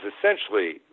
essentially